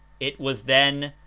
it was then,